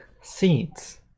seeds